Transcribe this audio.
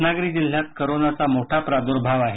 रत्नागिरी जिल्ह्यात करोनाचा मोठा प्रादुर्भाव आहे